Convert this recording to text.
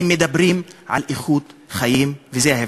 הם מדברים על איכות חיים, וזה ההבדל.